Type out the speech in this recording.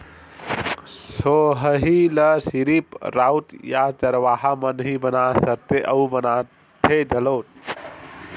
सोहई ल सिरिफ राउत या चरवाहा मन ही बना सकथे अउ बनाथे घलोक